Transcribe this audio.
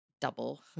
double